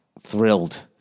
thrilled